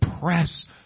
press